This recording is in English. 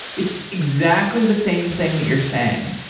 it's exactly the same thing that you're saying.